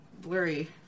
blurry